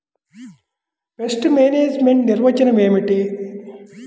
Pest management నిర్వచనం ఏమిటి?